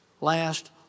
last